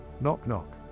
Knock-knock